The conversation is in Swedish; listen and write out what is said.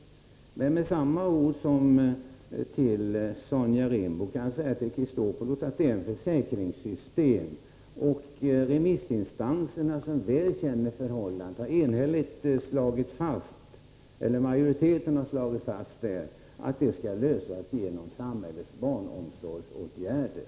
Samma ord som jag använde när jag riktade mig till Sonja Rembo skall jag använda när jag nu replikerar Alexander Chrisopoulos, nämligen att det är ett försäkringssystem, och en majoritet av remissinstanserna som väl känner till förhållandet har enhälligt slagit fast att detta skall lösas genom samhällets barnomsorgsåtgärder.